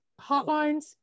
hotlines